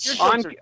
On